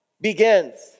begins